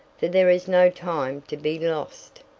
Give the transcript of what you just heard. for there is no time to be lost.